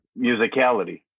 musicality